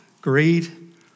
greed